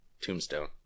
Tombstone